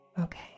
Okay